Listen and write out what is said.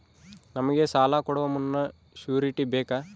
ನಮಗೆ ಸಾಲ ಕೊಡುವ ಮುನ್ನ ಶ್ಯೂರುಟಿ ಬೇಕಾ?